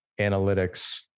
analytics